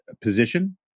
position